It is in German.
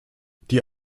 die